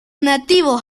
nativos